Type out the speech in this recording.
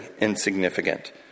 insignificant